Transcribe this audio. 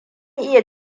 iya